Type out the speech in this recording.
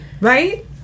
Right